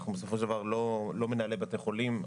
אנחנו בסופו של דבר לא מנהלי בתי חולים.